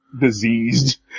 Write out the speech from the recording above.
diseased